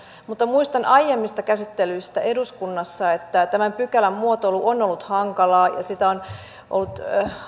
mutta muistan aiemmista käsittelyistä eduskunnassa että tämän pykälän muotoilu on ollut hankalaa ja sitä on ollut